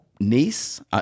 niece